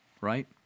right